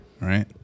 right